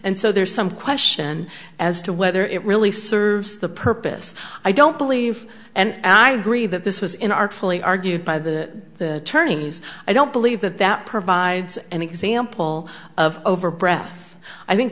and so there's some question as to whether it really serves the purpose i don't believe and i agree that this was in artfully argued by the turnings i don't believe that that provides an example of over breath i think